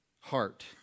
heart